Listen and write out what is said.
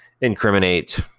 incriminate